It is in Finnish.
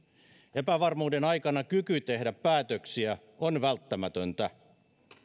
epävarmuuden aikana kyky tehdä päätöksiä on välttämätöntä